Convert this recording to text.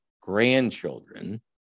grandchildren